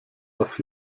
was